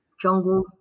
jungle